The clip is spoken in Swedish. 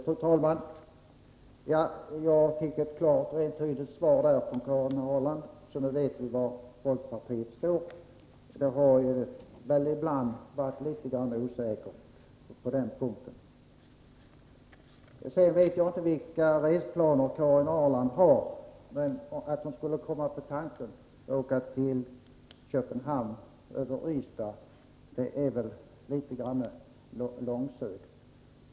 Fru talman! Jag fick ett klart och entydigt svar från Karin Ahrland, så nu vet vi var folkpartiet står; det har ibland varit litet osäkert. Jag vet inte vilka resplaner Karin Ahrland har — men att komma på tanken att åka till Köpenhamn över Ystad är väl litet grand långsökt.